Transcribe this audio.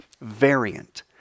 variant